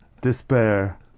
despair